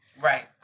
right